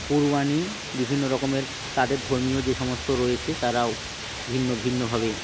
কুরবানি বিভিন্ন রকমের তাদের ধর্মীয় যে সমস্ত রয়েছে তারাও ভিন্ন ভিন্নভাবে